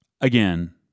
again